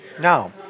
Now